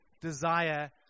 desire